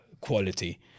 quality